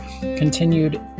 continued